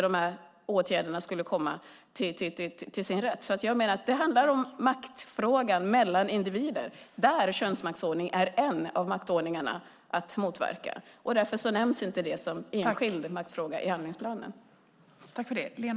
Jag menar att det handlar om maktfrågan mellan individer, och där är könsmaktsordningen en av maktordningarna som ska motverkas. Därför nämns inte det som enskild maktfråga i handlingsplanen.